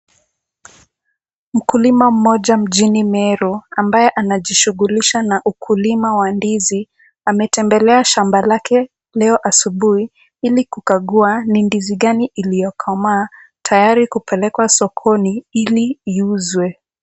Mkulima mmoja mjini meru ambaye anajishughulisha na ukulima wa ndizi ametembelea shamba lake leo asubui ili kukagua ni ndizi gani iliyokomaa tayari kupelekwa sokoni ili iuzwe.